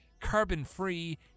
carbon-free